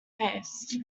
face